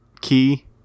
key